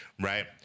right